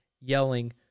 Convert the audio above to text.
yelling